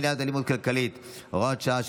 מניעת אלימות כלכלית) (הוראת שעה),